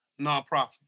nonprofit